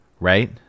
right